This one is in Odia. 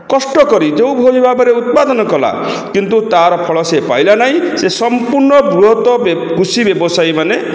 କଷ୍ଟ କରି ଯେଉଁଭଳିଭାବରେ ଉତ୍ପାଦନ କଲା କିନ୍ତୁ ତା'ର ଫଳ ସେ ପାଇଲା ନାହିଁ ସେ ସମ୍ପୂର୍ଣ୍ଣ ବୃହତ କୃଷି ବ୍ୟବସାୟୀମାନେ